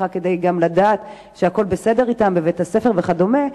כדי לדעת שהכול בסדר אתם בבית-הספר וכדומה,